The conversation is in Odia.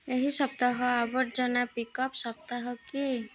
ଏହି ସପ୍ତାହ ଆବର୍ଜନା ପିକଅପ୍ ସପ୍ତାହ କି